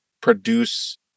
produce